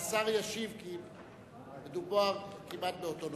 השר ישיב, כי מדובר כמעט באותו נושא.